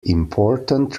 important